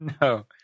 No